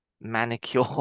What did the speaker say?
manicure